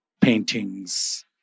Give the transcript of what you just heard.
paintings